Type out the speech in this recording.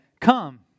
Come